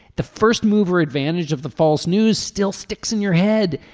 the first mover advantage of the false news still sticks in your head.